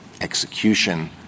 execution